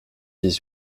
dix